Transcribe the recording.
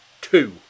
two